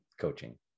Coaching